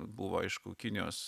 buvo aišku kinijos